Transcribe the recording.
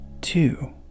two